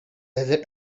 desert